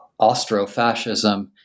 Austrofascism